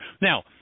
Now